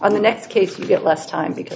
on the next case you get less time because